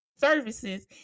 services